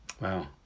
Wow